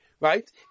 right